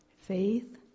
faith